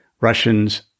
Russians